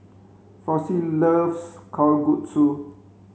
Flossie loves Kalguksu